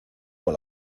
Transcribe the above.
con